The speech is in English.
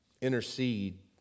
Intercede